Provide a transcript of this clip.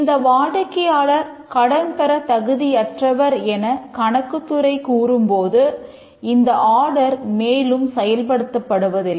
இந்த வாடிக்கையாளர் கடன் பெற தகுதியற்றவர் என கணக்குத்துறை கூறும் போது இந்த ஆடர் மேலும் செயல்படுத்தப் படுவதில்லை